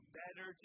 better